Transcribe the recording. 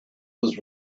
was